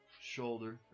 shoulder